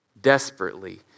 Desperately